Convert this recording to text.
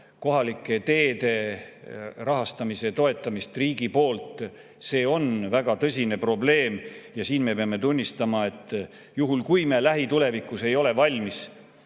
kohalike teede rahastamise toetamist riigi poolt. See on väga tõsine probleem. Me peame tunnistama, et juhul, kui me lähitulevikus ei ole valmis